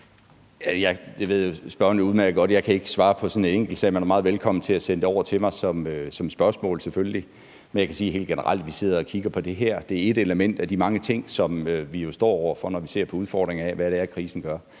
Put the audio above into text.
jeg ikke kan svare på sådan en enkeltsag. Man er meget velkommen til at sende det over til mig som et spørgsmål, selvfølgelig. Men jeg kan sige helt generelt, at vi sidder og kigger på det her. Det er ét element af de mange ting, som vi jo står over for, når vi ser på udfordringer som følge af krisen.